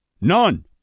None